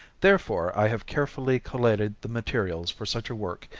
therefore, i have carefully collated the materials for such a work,